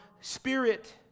spirit